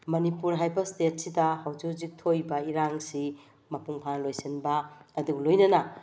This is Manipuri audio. ꯃꯅꯤꯄꯨꯔ ꯍꯥꯏꯕ ꯏꯁꯇꯦꯠꯁꯤꯗ ꯍꯧꯖꯤꯛ ꯍꯧꯖꯤꯛ ꯊꯣꯛꯏꯕ ꯏꯔꯥꯡꯁꯤ ꯃꯄꯨꯡ ꯐꯥꯅ ꯂꯣꯏꯁꯤꯟꯕ ꯑꯗꯨꯒ ꯂꯣꯏꯅꯅ